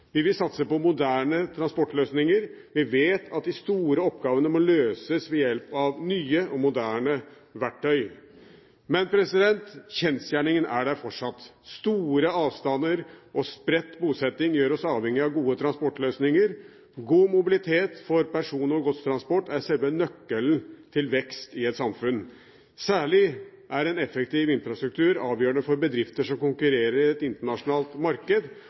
Vi vil satse på moderne transportløsninger. Vi vet at de store oppgavene må løses ved hjelp av nye og moderne verktøy. Men kjensgjerningen er der fortsatt. Store avstander og spredt bosetting gjør oss avhengige av gode transportløsninger. God mobilitet for person- og godstransport er selve nøkkelen til vekst i et samfunn. Særlig er en effektiv infrastruktur avgjørende for bedrifter som konkurrerer i et internasjonalt marked,